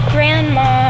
Grandma